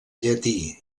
llatí